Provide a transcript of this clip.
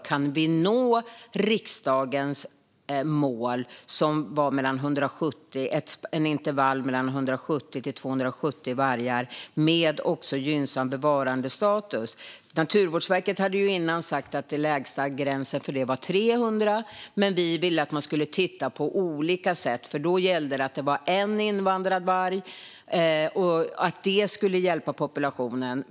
Kan vi nå riksdagens mål, som var ett intervall mellan 170 och 270 vargar, också med gynnsam bevarandestatus? Naturvårdsverket hade tidigare sagt att den lägsta gränsen för detta var 300, men vi ville att man skulle titta på olika sätt. Då gällde att det skulle vara en invandrad varg och att det skulle hjälpa populationen.